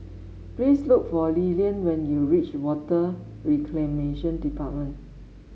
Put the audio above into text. please look for Lilian when you reach Water Reclamation Department